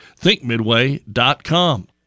thinkmidway.com